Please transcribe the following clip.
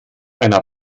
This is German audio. einer